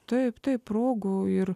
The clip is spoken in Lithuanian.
taip turi progų ir